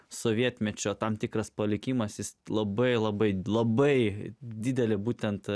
sovietmečio tam tikras palikimas jis labai labai labai didelė būtent